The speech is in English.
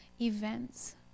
events